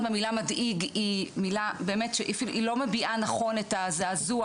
מדאיג היא מילה שבאמת היא לא מביעה נכון את הזעזוע